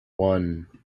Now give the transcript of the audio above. one